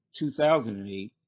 2008